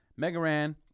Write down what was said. Megaran